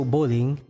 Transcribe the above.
Bowling